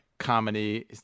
comedy